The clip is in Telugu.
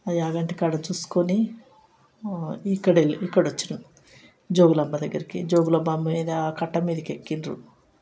యాగంటి కాడ చూసుకుని ఇక్కడ వెళ్ళినాం ఇక్కడ వచ్చినాం జోగులాంబ దగ్గరకి జోగులాంబ అమ్మ కట్ట మీదకి ఎక్కిండ్రు